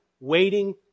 waiting